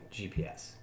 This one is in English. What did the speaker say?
gps